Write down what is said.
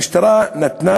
לצערנו, לתדהמתנו, המשטרה נתנה